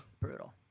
brutal